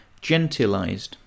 gentilized